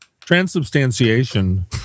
Transubstantiation